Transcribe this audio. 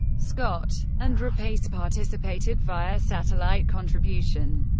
scott and rapace participated via satellite contribution.